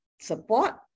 Support